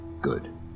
Good